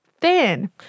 Thin